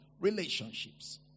relationships